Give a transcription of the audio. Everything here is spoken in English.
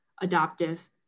adoptive